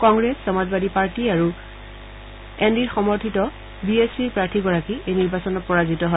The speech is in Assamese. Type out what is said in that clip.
কংগ্ৰেছ সমাজবাদী পাৰ্টী আৰু আৰ এন ডিৰ সমৰ্থিত বি এছ পিৰ প্ৰাৰ্থীগৰাকী এই নিৰ্বাচনত পৰাজিত হয়